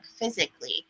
physically